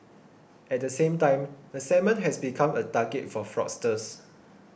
at the same time the segment has become a target for fraudsters